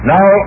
Now